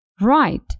Right